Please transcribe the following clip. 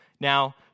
Now